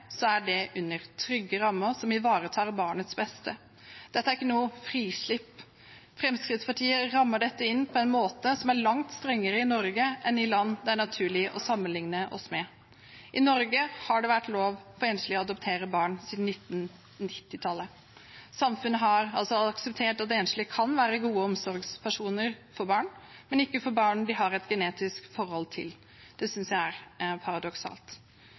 er det under trygge rammer som ivaretar barnets beste. Dette er ikke noe frislipp. Fremskrittspartiet rammer dette inn på en måte som er langt strengere i Norge enn i land det er naturlig å sammenligne seg med. I Norge har det vært lov for enslige å adoptere barn siden 1990-tallet. Samfunnet har akseptert at enslige kan være gode omsorgspersoner for barn, men ikke for barn de har et genetisk forhold til. Det synes jeg er paradoksalt.